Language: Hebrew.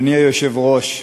אדוני היושב-ראש,